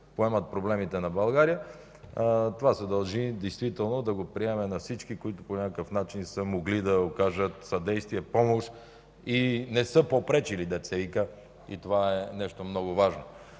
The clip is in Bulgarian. поемат проблемите на България. Това се дължи действително и да благодарим на всички, които по някакъв начин са могли да окажат съдействие и помощ, и не са попречили, дето се вика, и това е нещо много важно.